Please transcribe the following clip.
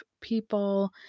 people